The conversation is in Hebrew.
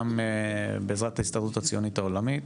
גם בעזרת ההסתדרות הציונית העולמית,